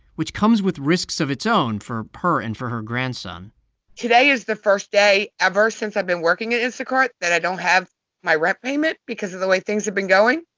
which comes with risks of its own for her and for her grandson today is the first day ever since i've been working at instacart that i don't have my rent payment because of the way things have been going.